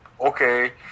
Okay